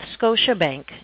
Scotiabank